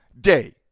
day